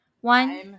One